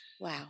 Wow